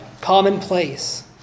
commonplace